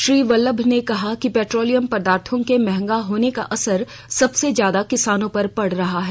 श्री वल्लभ ने कहा कि पेट्रोलियम पदार्थों के महंगा होने का असर सबसे ज्यादा किसानों पर पड रहा है